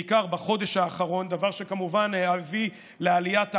בעיקר בחודש האחרון, דבר שכמובן הביא לעליית ה-R,